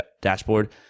dashboard